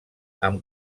amb